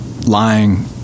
lying